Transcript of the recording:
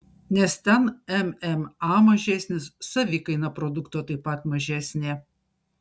nes ten mma mažesnis savikaina produkto taip pat mažesnė